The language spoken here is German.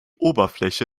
oberfläche